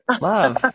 Love